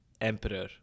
emperor